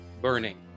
burning